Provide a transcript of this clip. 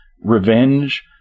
revenge